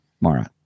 Mara